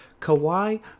Kawhi